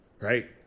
Right